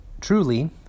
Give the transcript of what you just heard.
truly